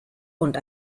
und